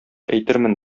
әйтермен